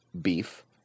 beef